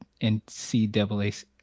NCAA